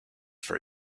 for